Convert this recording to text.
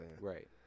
Right